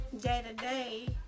day-to-day